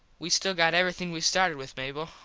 we still got everything we started with mable.